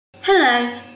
Hello